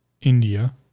India